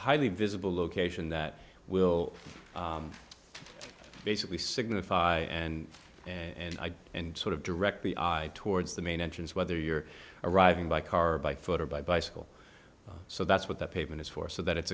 highly visible location that will basically signify and and i and sort of directly i towards the main entrance whether you're arriving by car by foot or by bicycle so that's what the pavement is for so that it's